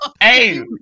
hey